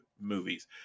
movies